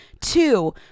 Two